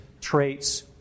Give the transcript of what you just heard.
traits